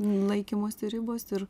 laikymosi ribos ir